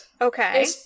Okay